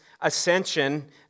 ascension